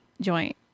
joint